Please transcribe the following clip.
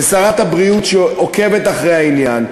ושרת הבריאות שעוקבת אחרי העניין,